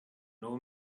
know